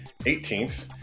18th